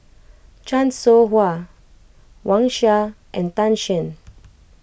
Chan Soh Ha Wang Sha and Tan Shen